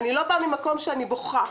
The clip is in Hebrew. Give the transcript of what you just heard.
אני לא באה ממקום שאני בוכה,